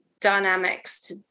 dynamics